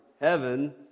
heaven